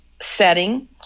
setting